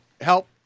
help